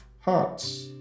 hearts